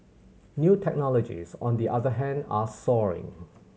new technologies on the other hand are soaring